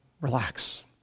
relax